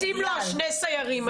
קופצים לו שני הסיירים האלה.